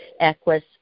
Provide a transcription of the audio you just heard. Equus